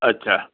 अच्छा